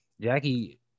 Jackie